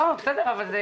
בהם